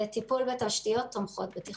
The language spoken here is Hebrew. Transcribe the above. טיפול בתשתיות תומכות בטיחות.